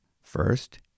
first